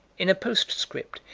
in a postscript,